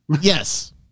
Yes